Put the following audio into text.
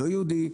לא יהודי,